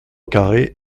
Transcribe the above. carré